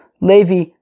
Levi